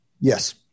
Yes